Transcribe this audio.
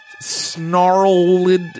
snarled